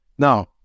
Now